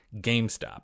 GameStop